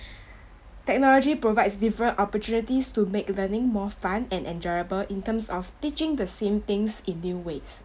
technology provides different opportunities to make learning more fun and enjoyable in terms of teaching the same things in new ways